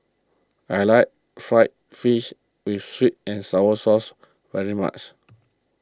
I like Fried Fish with Sweet and Sour Sauce very much